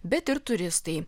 bet ir turistai